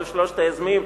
כל שלושת היוזמים,